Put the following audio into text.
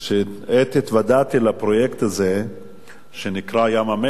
עת התוודעתי לפרויקט הזה שנקרא ים-המלח,